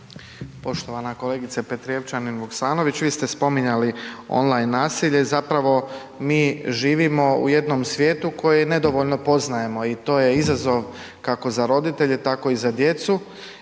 Poštovana kolegice Petrijevčanin Vuksanović, vi ste spominjali online nasilje, zapravo mi živimo u jednom svijetu koje nedovoljno poznajemo i to je izazov kako za roditelje tako i za djecu